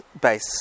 base